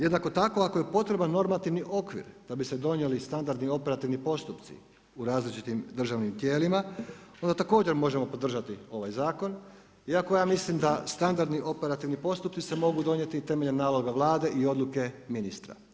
Jednako tako, ako je potreban normativni okvir, da bi se donijeli standardni operativni postupci u različitim državnim tijelima onda također možemo podržati ovaj zakon, iako ja mislim da standardi operativni postupci se mogu donijeti temeljem naloga Vlade i odluke ministra.